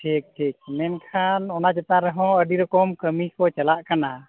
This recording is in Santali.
ᱴᱷᱤᱠ ᱴᱷᱤᱠ ᱢᱮᱱᱠᱷᱟᱱ ᱚᱱᱟ ᱪᱮᱛᱟᱱ ᱨᱮᱦᱚᱸ ᱟᱹᱰᱤ ᱨᱚᱠᱚᱢ ᱠᱟᱹᱢᱤ ᱠᱚ ᱪᱟᱞᱟᱜ ᱠᱟᱱᱟ